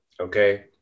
Okay